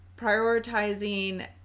prioritizing